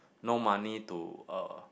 no money to uh